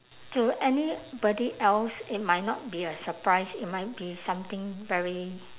to anybody else it might not be a surprise it might be something very